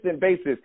basis